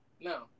No